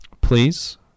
Please